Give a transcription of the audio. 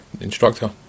instructor